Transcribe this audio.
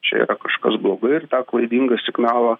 čia yra kažkas blogai ir tą klaidingą signalą